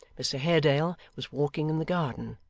mr haredale was walking in the garden,